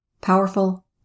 powerful